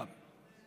יואב.